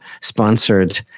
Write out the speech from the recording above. sponsored